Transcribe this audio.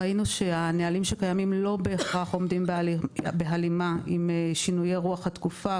ראינו שהנהלים שקיימים לא בהכרח עומדים בהלימה עם שינויי רוח התקופה,